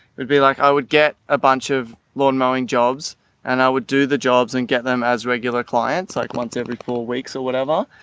would be like i would get a bunch of lawn mowing jobs and i would do the jobs and get them as regular clients like once every four weeks or whatever.